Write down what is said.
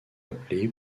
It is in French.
appelé